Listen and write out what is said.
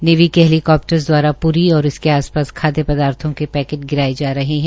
navy के helicopters दवारा प्री और इसके आस पास खाद्य पदार्थो के पैकेट गिराये जा रहे है